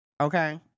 Okay